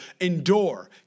endure